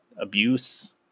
abuse